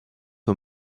aux